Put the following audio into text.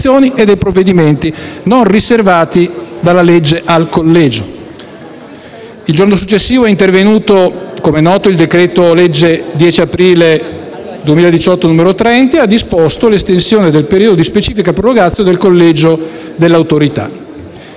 Il giorno successivo è intervenuto - come è noto - il decreto-legge 10 aprile 2018, n. 30, che ha disposto l'estensione del periodo di specifica *prorogatio* del collegio dell'Autorità.